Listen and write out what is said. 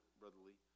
brotherly